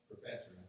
professor